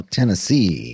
Tennessee